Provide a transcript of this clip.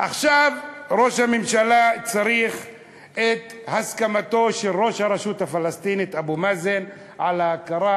עכשיו ראש הממשלה צריך את הסכמתו של ראש הרשות הפלסטינית אבו מאזן להכרה